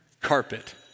carpet